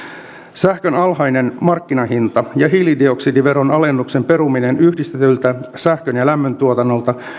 sähkön alhainen markkinahinta ja hiilidioksidiveron alennuksen peruminen yhdistetyltä sähkön ja lämmöntuotannolta